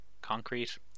Concrete